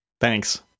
Thanks